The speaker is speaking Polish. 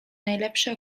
najlepsze